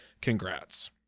Congrats